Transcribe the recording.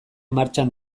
martxan